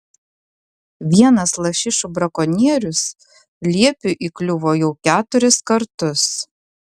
vienas lašišų brakonierius liepiui įkliuvo jau keturis kartus